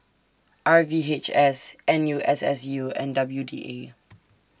R V H S N U S S U and W D A